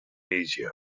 asia